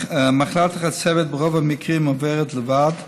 מחלת החצבת ברוב המקרים עוברת לבד,